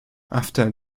after